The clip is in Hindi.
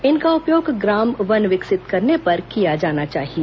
इनका उपयोग ग्राम वन विकसित करने पर किया जाना चाहिए